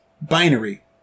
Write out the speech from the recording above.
Binary